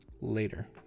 later